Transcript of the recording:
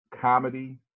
comedy